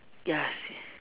yes